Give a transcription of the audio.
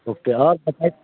okay और सबका